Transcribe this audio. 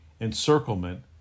Encirclement